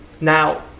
Now